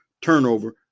turnover